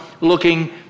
looking